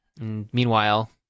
Meanwhile